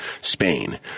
Spain